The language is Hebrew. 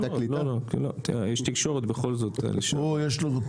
מה שמדאיג אותי ואת זה אני שואל את